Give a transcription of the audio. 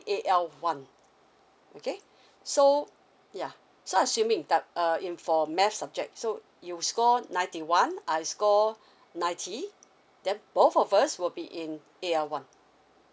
A_L one okay so yeah so I assuming that uh in for math subject so you score ninety one I score ninety then both of us will be in A_L one